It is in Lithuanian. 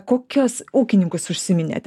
kokias ūkininkus užsiminėte